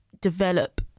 develop